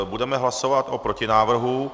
Budeme hlasovat o protinávrhu.